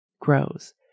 grows